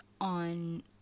on